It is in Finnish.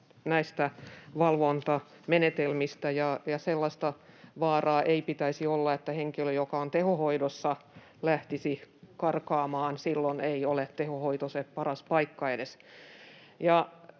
näistä valvontamenetelmistä. Sellaista vaaraa ei pitäisi olla, että henkilö, joka on tehohoidossa, lähtisi karkaamaan. Silloin ei tehohoito edes ole se paras paikka.